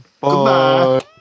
Goodbye